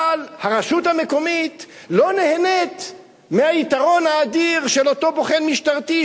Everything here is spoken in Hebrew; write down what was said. אבל הרשות המקומית לא נהנית מהיתרון האדיר של אותו בוחן משטרתי,